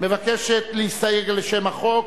מבקשת להסתייג לשם החוק.